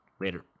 later